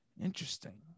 Interesting